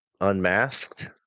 unmasked